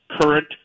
current